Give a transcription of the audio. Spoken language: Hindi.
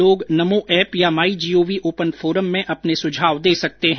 लोग नमो ऐप या माईजीओवी ओपन फोरम में अपने सुझाव दे सकते हैं